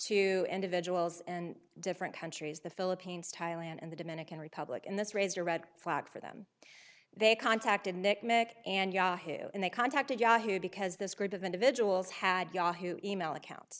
to individuals and different countries the philippines thailand and the dominican republic in this raised a red flag for them they contacted nick nick and yahoo and they contacted yahoo because this group of individuals had yahoo email account